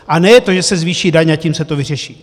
A ne to, že se zvýší daně a tím se to vyřeší.